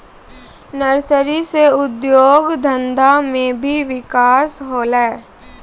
nursery से उद्योग धंधा मे भी बिकास होलै